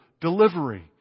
Delivery